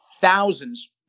thousands